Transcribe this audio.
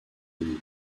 danny